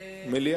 מליאה.